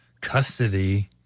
custody